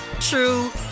true